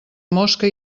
mosca